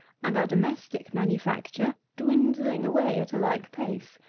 and our domestic manufacture dwindling away at a like pace,